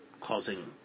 causing